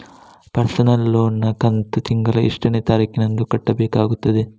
Personal loan ನ ಕಂತು ತಿಂಗಳ ಎಷ್ಟೇ ತಾರೀಕಿನಂದು ಕಟ್ಟಬೇಕಾಗುತ್ತದೆ?